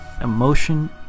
emotion